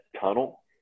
tunnel